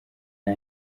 nta